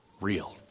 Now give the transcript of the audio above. real